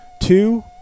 Two